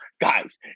guys